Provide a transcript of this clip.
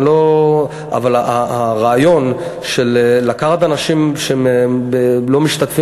אבל הרעיון של לקחת אנשים שלא משתתפים